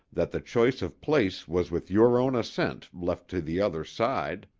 that the choice of place was with your own assent left to the other side.